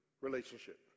relationship